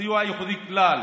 הסיוע הייחודי כלל